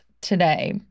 today